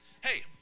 Hey